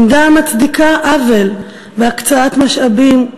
עמדה המצדיקה עוול בהקצאת משאבים,